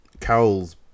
Carol's